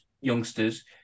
youngsters